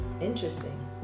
Interesting